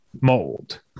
mold